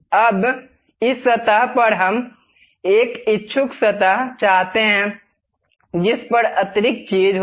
अब इस सतह पर हम एक इच्छुक सतह चाहते हैं जिस पर अतिरिक्त चीज होगी